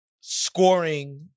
scoring